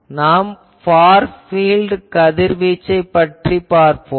நாம் far field கதிர்வீச்சைப் பற்றிப் பார்ப்போம்